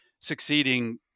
succeeding